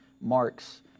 marks